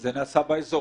זה נעשה באזור.